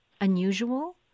unusual